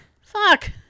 Fuck